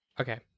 Okay